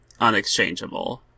unexchangeable